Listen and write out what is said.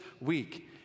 week